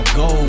go